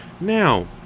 Now